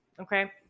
okay